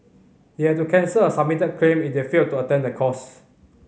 they had to cancel a submitted claim if they failed to attend the course